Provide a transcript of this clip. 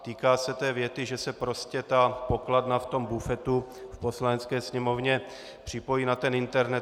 Týká se té věty, že se prostě ta pokladna v tom bufetu v Poslanecké sněmovně připojí na ten internet.